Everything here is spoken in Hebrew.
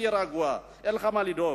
תהיה רגוע, אין לך מה לדאוג.